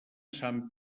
sant